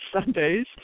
Sundays